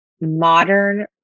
modern